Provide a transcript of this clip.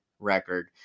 Record